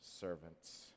servants